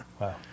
wow